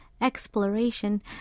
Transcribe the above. exploration